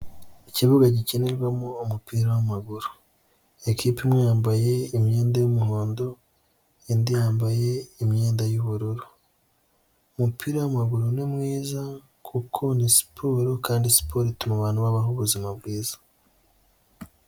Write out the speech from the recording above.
Ikibuga gikinirwamo umupira w'amaguru, ikipe imwe yambaye imyenda y'umuhondo indi yambaye imyenda y'ubururu, umupira w'amaguru ni mwiza kuko ni siporo kandi siporo ituma abantu babaho ubuzima bwiza.